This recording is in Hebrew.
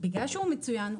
בגלל שהוא מצוין,